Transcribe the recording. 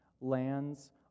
lands